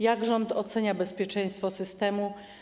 Jak rząd ocenia bezpieczeństwo systemu?